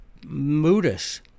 Moodus